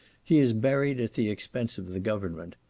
he is buried at the expense of the government,